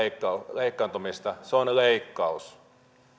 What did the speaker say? leikkaantumista se on leikkaus